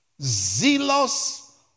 zealous